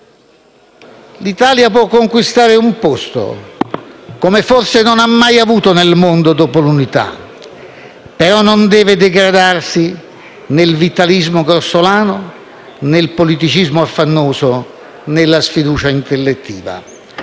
l'Italia può conquistare un posto, come forse non ha mai avuto nel mondo dopo l'unità, però non deve degradarsi nel vitalismo grossolano, nel politicismo affannoso, nella sfiducia intellettiva.